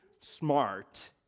smart